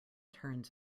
turns